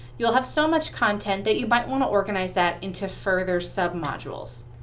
you'll have so much content that you might want to organize that into further sub modules.